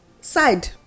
side